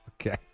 Okay